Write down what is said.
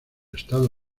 estado